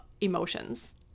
emotions